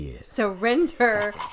surrender